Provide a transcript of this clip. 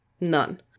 None